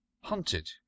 hunted